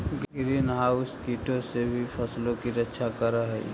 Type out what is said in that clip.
green house कीटों से भी फसलों की रक्षा करअ हई